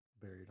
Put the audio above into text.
buried